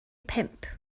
pump